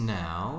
now